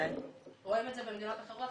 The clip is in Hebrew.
רואים את זה במדינות אחרות.